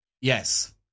Yes